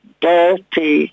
dirty